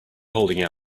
holding